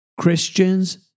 Christians